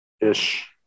ish